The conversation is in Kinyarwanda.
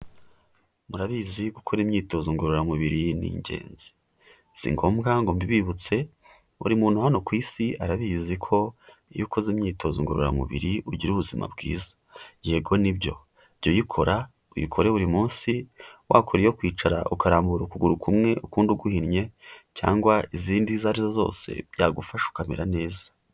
Murabizi gukora imyitozo ngororamubiri ni ingenzi, si ngombwa ngo mbibibutse buri muntu hano ku isi arabizi ko iyo ukoze imyitozo ngororamubiri ugira ubuzima bwiza. Yego ni byo, jya uyikora uyikore buri munsi, wakora iyo kwicara ukarambura ukuguru kumwe, ukundi uguhinnye, cyangwa izindi izo ari zo zose byagufasha ukamera neza.